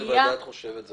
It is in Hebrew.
לאיזו ועדה את חושבת?